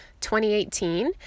2018